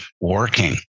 working